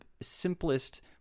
simplest